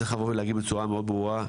צריך לבוא ולהגיד בצורה מאוד ברורה: